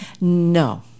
No